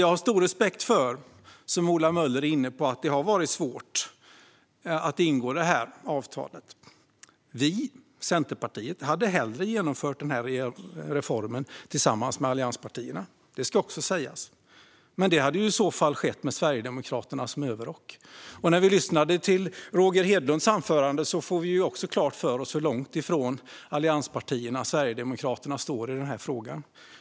Jag har stor respekt för att det, som Ola Möller var inne på, har varit svårt att ingå avtalet. Vi i Centerpartiet hade hellre genomfört denna reform tillsammans med allianspartierna; det ska också sägas. Men det hade i så fall skett med Sverigedemokraterna som överrock. När vi lyssnade till Roger Hedlunds anförande fick vi klart för oss hur långt från allianspartierna Sverigedemokraterna står i denna fråga.